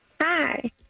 Hi